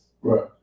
Right